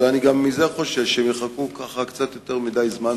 אבל אני חושש שהם יחכו קצת יותר מדי זמן,